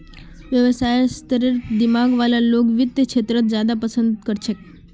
व्यवसायेर स्तरेर दिमाग वाला लोग वित्तेर क्षेत्रत ज्यादा पसन्द कर छेक